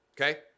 Okay